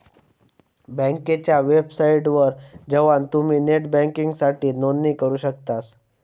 बँकेच्या वेबसाइटवर जवान तुम्ही नेट बँकिंगसाठी नोंदणी करू शकतास